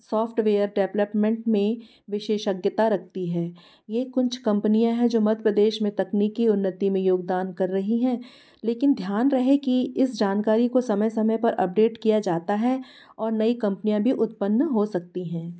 software development में विशेषज्ञता रखती है ये कुछ कंपनियाँ हैं जो मध्य प्रदेश में तकनीकी उन्नति में योगदान कर रही हैं लेकिन ध्यान रहे कि इस जानकारी को समय समय पर अपडेट किया जाता है और नई कंपनियाँ भी उत्पन्न हो सकती हैं